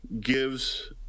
gives